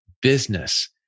business